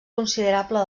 considerable